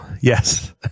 Yes